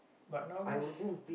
but nowadays